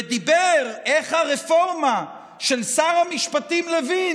ודיבר על איך הרפורמה של שר המשפטים לוין